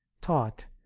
taught